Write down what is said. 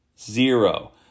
zero